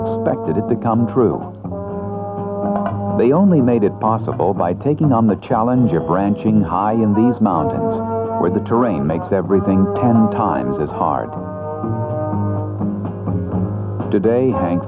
expected it to come true they only made it possible by taking on the challenge here branching high in these mountains where the terrain makes everything ten times as hard today hank